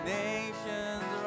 nations